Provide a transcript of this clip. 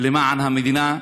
למען המדינה,